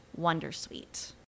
Wondersuite